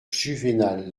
juvénal